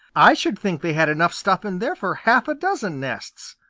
i should think they had enough stuff in there for half a dozen nests,